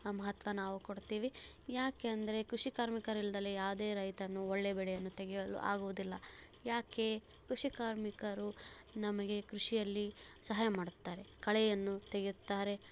ಮಹತ್ವ ನಾವು ಕೊಡ್ತೀವಿ ಏಕೆಂದ್ರೆ ಕೃಷಿ ಕಾರ್ಮಿಕರಿಲ್ಲದೆ ಯಾವುದೇ ರೈತನೂ ಒಳ್ಳೆ ಬೆಳೆಯನ್ನು ತೆಗೆಯಲು ಆಗುವುದಿಲ್ಲ ಏಕೆ ಕೃಷಿ ಕಾರ್ಮಿಕರು ನಮಗೆ ಕೃಷಿಯಲ್ಲಿ ಸಹಾಯ ಮಾಡುತ್ತಾರೆ ಕಳೆಯನ್ನು ತೆಗೆಯುತ್ತಾರೆ